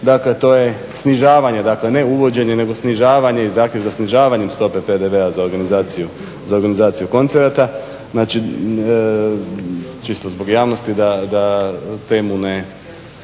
dakle to je snižavanje dakle ne uvođenje nego snižavanje i zahtjev za snižavanjem stope PDV-a za organizaciju koncerata. Znači čisto zbog javnosti da temu ne